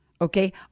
okay